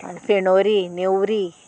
आनी फेणोरी नेवरी